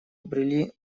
обрели